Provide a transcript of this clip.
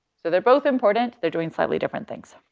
so they're both important, they're doing slightly different things.